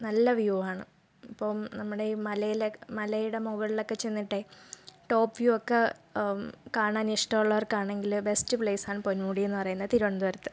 നല്ല വ്യൂ ആണ് ഇപ്പോൾ നമ്മുടെ ഈ മലയിൽ ഒ മലയുടെ മുകളിലൊക്കെ ചെന്നിട്ട് ടോപ്പ് വ്യൂ ഒക്കെ കാണാൻ ഇഷ്ടമുള്ളവർക്ക് ആണെങ്കിൽ ബെസ്റ്റ് പ്ലേസ് ആണ് പൊന്മുടി എന്ന് പറയുന്നത് തിരുവനന്തപുരത്ത്